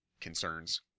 concerns